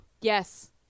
Yes